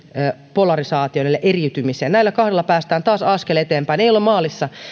polarisaatioon eli eriytymiseen näillä kahdella päästään taas askel eteenpäin ei olla maalissa